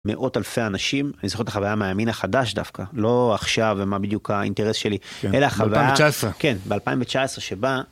מאות אלפי אנשים, אני זוכר את החוויה מהימין החדש דווקא, לא עכשיו ומה בדיוק האינטרס שלי, אלא החוויה... ב-2019. כן, ב-2019 שבה.